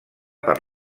per